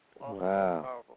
Wow